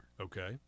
Okay